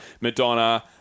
Madonna